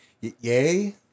Yay